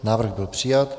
Návrh byl přijat.